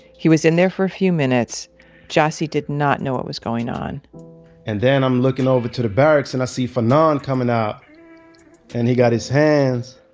he was in there for a few minutes jassy did not know what was going on and then i'm looking over to the barracks and i see fanon coming out and he got his hands